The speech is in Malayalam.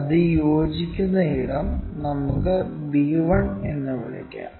അത് യോജിക്കുന്ന ഇടം നമുക്ക് b1 എന്ന് വിളിക്കാം